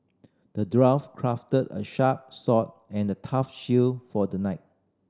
the dwarf crafted a sharp sword and a tough shield for the knight